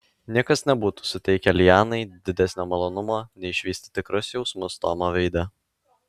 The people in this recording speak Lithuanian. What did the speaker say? niekas nebūtų suteikę lianai didesnio malonumo nei išvysti tikrus jausmus tomo veide